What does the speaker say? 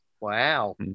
Wow